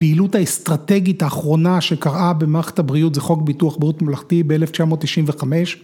פעילות האסטרטגית האחרונה שקרה במערכת הבריאות זה חוק ביטוח בריאות ממלכתי ב-1995